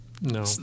no